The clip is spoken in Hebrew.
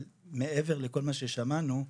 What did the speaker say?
מעבר לכל מה ששמענו,